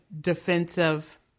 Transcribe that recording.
defensive